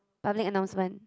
public announcement